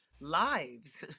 lives